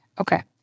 Okay